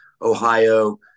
Ohio